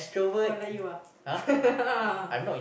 oh like you ah